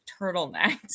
turtlenecks